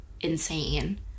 insane